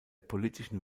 politischen